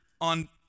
on